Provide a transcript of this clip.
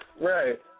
Right